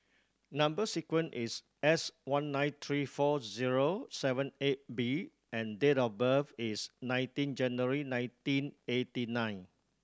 number sequence is S one nine three four zero seven eight B and date of birth is nineteen January nineteen eighty nine